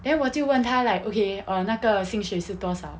then 我就问他 like okay err 那个薪水是多少